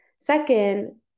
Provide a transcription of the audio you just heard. Second